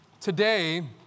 Today